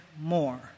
more